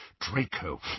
Draco